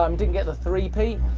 um didn't get the three-peat.